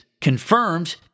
confirms